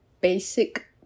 basic